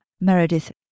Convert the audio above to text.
Meredith